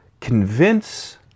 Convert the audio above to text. Convince